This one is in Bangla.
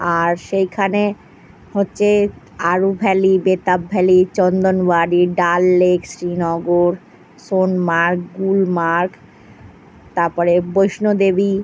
আর সেইখানে হচ্ছে Aru valley Betaab valley Chandanwari Dal lake Srinagar Sonamarg Gulmarg তারপরে বৈষ্ণোদেবী